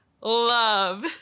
love